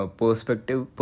perspective